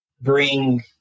bring